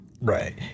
Right